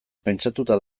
pentsatua